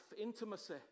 Intimacy